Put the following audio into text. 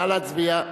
נא להצביע.